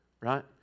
Right